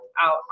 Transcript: out